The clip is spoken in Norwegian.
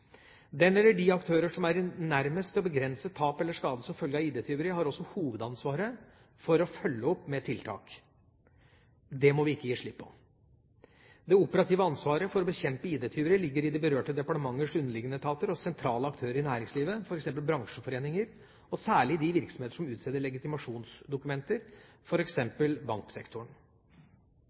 Den eller de aktører som er nærmest til å begrense tap eller skade som følge av ID-tyveri, har også hovedansvaret for å følge opp med tiltak. Det må vi ikke gi slipp på. Det operative ansvaret for å bekjempe ID-tyverier ligger i de berørte departementers underliggende etater og hos sentrale aktører i næringslivet, f.eks. bransjeforeninger, og særlig i de virksomheter som utsteder legitimasjonsdokumenter, f.eks. banksektoren.